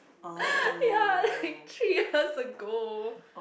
ya like three years ago